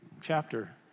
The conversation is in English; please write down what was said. chapter